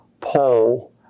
pole